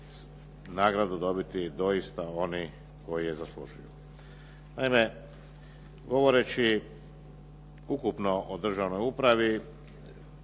nagradu dobiti doista oni koji ju zaslužuju. Naime, govoreći ukupno o državnoj upravi,